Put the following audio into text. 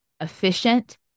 efficient